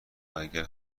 اگر